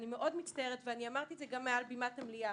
אני מאוד מצטערת, ואמרתי את זה גם מעל במת המליאה.